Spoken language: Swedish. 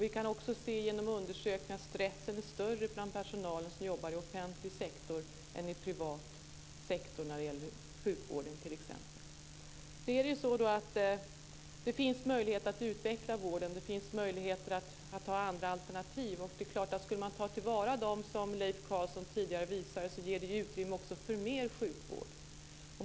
Vi kan också se genom undersökningar att stressen är större hos personalen som jobbar inom offentlig sektor än i privat sektor när det gäller t.ex. sjukvården. Det finns möjligheter att utveckla vården. Det finns möjligheter att ta andra alternativ. Skulle man ta till vara dem som Leif Carlson tidigare nämnde ger det utrymme också för mer sjukvård.